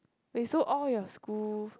wait so all your school